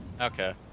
Okay